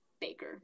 Baker